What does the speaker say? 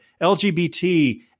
LGBT